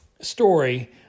story